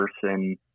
person